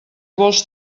vols